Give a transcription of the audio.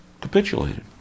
capitulated